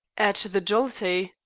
at the jollity.